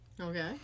Okay